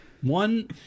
One